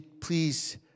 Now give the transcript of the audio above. please